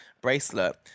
bracelet